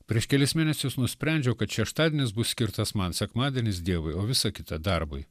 prieš kelis mėnesius nusprendžiau kad šeštadienis bus skirtas man sekmadienis dievui o visa kita darbui